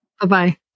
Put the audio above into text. Bye-bye